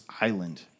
island